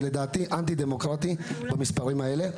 לדעתי זה אנטי דמוקרטי במספרים האלה,